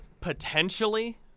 potentially